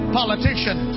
politician